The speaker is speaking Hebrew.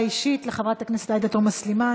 הודעה אישית לחברת הכנסת עאידה תומא סלימאן.